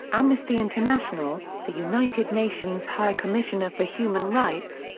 amnesty international, the united nations high commissioner for human rights,